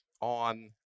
on